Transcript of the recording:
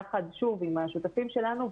יחד עם השותפים שלנו,